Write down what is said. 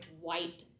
white